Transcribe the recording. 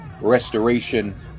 restoration